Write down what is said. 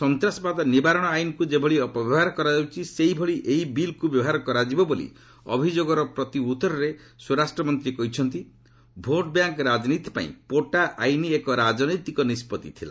ସନ୍ତାସବାଦ ନିବାରଣ ଆଇନ୍କୁ ଯେଭଳି ଅପବ୍ୟବହାର କରାଯାଉଛି ସେହିଭଳି ଏହି ବିଲ୍କୁ ବ୍ୟବହାର କରାଯିବ ବୋଲି ଅଭିଯୋଗର ପ୍ରତିଉତ୍ତରରେ ସ୍ୱରାଷ୍ଟ୍ର ମନ୍ତ୍ରୀ କହିଛନ୍ତି ଭୋଟ୍ ବ୍ୟାଙ୍କ ରାଜନୀତି ପାଇଁ ପୋଟା ଆଇନ୍ ଏକ ରାଜନୈତିକ ନିଷ୍କଭି ଥିଲା